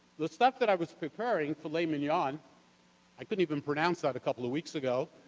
the stuff that i was preparing, filet mignon i couldn't even pronounce that a couple of weeks ago